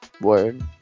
Word